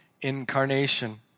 incarnation